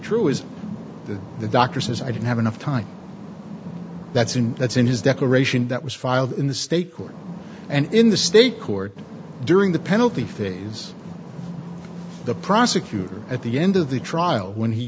true is that the doctor says i didn't have enough time that's and that's in his declaration that was filed in the state court and in the state court during the penalty phase the prosecutor at the end of the trial when he